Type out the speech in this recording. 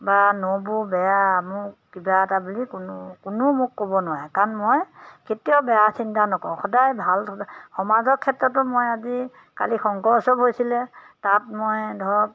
বা নবৌ বেয়া মোক কিবা এটা বুলি কোনো কোনো মোক ক'ব নোৱাৰে কাৰণ মই কেতিয়াও বেয়া চিন্তা নকৰোঁ সদায় ভাল সমাজৰ ক্ষেত্ৰতো মই আজিকালি শংকৰ উৎসৱ হৈছিলে তাত মই ধৰক